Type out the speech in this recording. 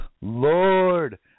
Lord